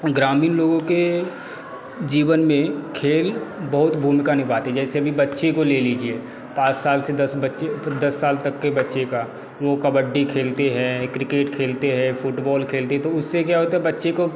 ग्रामीण लोगों के जीवन में खेल बहुत भूमिका निभाती है जैसे अभी बच्चे को ले लीजिए पाँच साल से दस बच्चे फिर दस साल तक के बच्चे का वह कबड्डी खेलते है क्रिकेट खेलते हैं फुटबॉल खेलते तो उससे क्या होता है बच्चे को